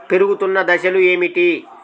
పెరుగుతున్న దశలు ఏమిటి?